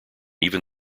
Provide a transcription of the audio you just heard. even